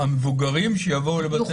המבוגרים יבואו לבתי הספר?